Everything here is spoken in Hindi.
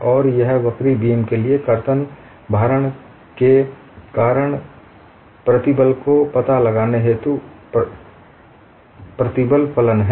और यह एक वक्री बीम के लिए कर्तन भारण के कारण प्रतिबल का पता लगाने हेतू उपयोगी प्रतिबल फलन है